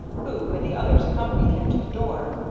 who with the others accompanied him to the door,